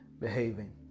behaving